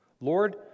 Lord